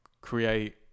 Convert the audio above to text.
create